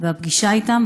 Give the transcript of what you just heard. והפגישה איתם,